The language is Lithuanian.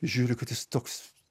žiūriu kad jis toks